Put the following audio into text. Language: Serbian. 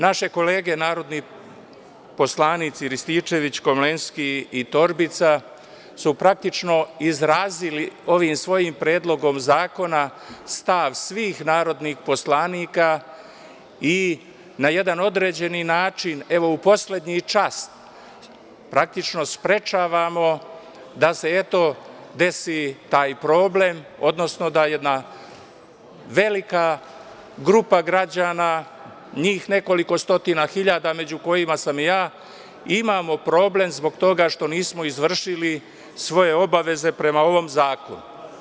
Naše kolege narodni poslanici Rističević, Komlenski i Torbica su praktično izrazili ovim svojim predlogom zakona stav svih narodih poslanika i na jedan određeni način, evo, u poslednji čas, praktično sprečavamo da se desi taj problem, odnosno da jedna velika grupa građana, njih nekoliko stotina hiljada, među kojima sam i ja, imamo problem zbog toga što nismo izvršili svoje obaveze prema ovom zakonu.